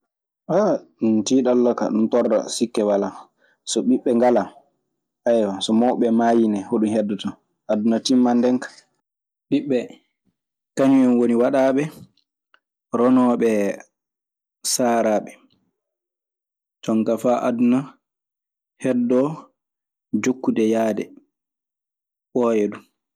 ɗun tiiɗalla kaa, aun torla sikke walaa. So ɓiɓɓe ngalaa so mawɓe ɓee maayii ne hoɗun heddotoo. Aduna timman ndeen ka. Ɓiɓɓe kañum en woni waɗaaɓe ronooɓe saaraaɓe, jonkaa faa aduna heddoo jokkude yaade ɓooya du.